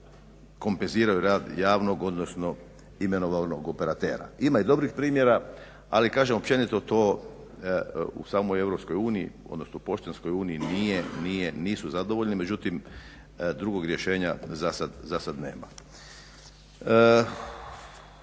kompenziraju rad javnog odnosno imenovanog operatere. Ima i dobrih primjera ali kažem općenito i u samoj EU odnosno u Poštanskoj uniji nisu zadovoljni međutim drugog rješenja za sad nema.